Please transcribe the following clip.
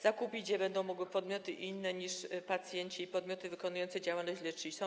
Zakupić je będą mogły podmioty inne niż pacjenci i podmioty wykonujące działalność leczniczą.